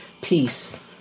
peace